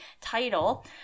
title